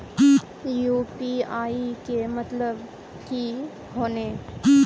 UPI के मतलब की होने?